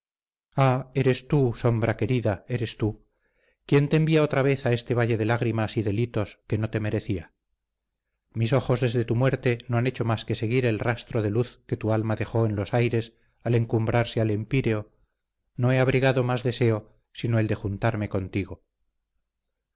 eres tú sombra querida eres tú quién te envía otra vez a este valle de lágrimas y delitos que no te merecía mis ojos desde tu muerte no han hecho más que seguir el rastro de luz que tu alma dejó en los aires al encumbrarse al empíreo no he abrigado más deseo sino el de juntarme contigo